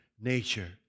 nature